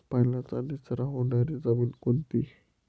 पाण्याचा निचरा होणारी जमीन कोणती?